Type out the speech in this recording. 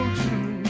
true